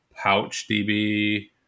PouchDB